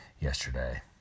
yesterday